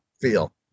feel